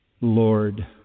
Lord